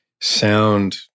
sound